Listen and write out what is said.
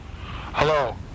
Hello